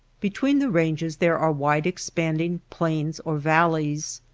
between the ranges there are wide-expanding plains or valleys.